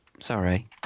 Sorry